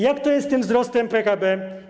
Jak to jest z tym wzrostem PKB?